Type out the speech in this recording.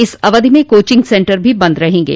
इस अवधि में कोचिंग सेंटर भी बंद रहेंगे